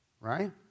right